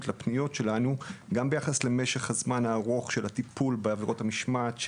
לפניות שלנו גם ביחס למשך הזמן הארוך של הטיפול בעבירות המשמעת,